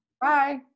Bye